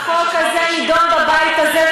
החוק הזה נדון בבית הזה,